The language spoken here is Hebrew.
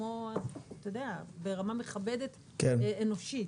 ברמה מכבדת אנושית.